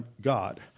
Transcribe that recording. God